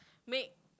make